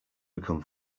become